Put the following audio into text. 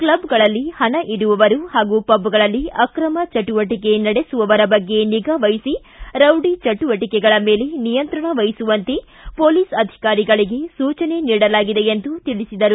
ಕ್ಲಬ್ಗಳಲ್ಲಿ ಹಣ ಇಡುವವರು ಹಾಗೂ ಪಬ್ಗಳಲ್ಲಿ ಅಕ್ರಮ ಚಟುವಟಿಕೆ ನಡೆಸುವವರ ಬಗ್ಗೆ ನಿಗಾವಹಿಸಿ ರೌಡಿ ಚಟುವಟಕೆಗಳ ಮೇಲೆ ನಿಯಂತ್ರಣ ವಹಿಸುವಂತೆ ಪೋಲಿಸ್ ಅಧಿಕಾರಿಗಳಿಗೆ ಸೂಚನೆ ನೀಡಲಾಗಿದೆ ಎಂದು ತಿಳಿಸಿದರು